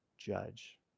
Judge